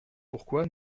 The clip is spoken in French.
pourquoi